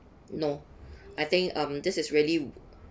no I think um this is really